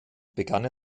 begann